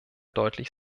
deutlich